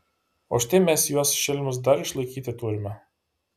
o štai mes juos šelmius dar išlaikyti turime